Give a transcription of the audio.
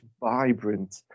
vibrant